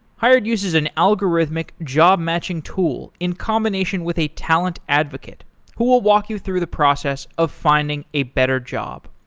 hired uses an algorithmic job-matching tool in combination with a talent advocate who will walk you through the process of finding a better job.